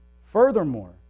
Furthermore